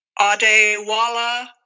Adewala